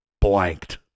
blanked